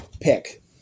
pick